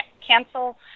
cancel